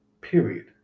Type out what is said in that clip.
period